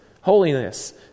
holiness